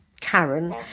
Karen